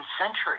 century